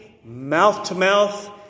mouth-to-mouth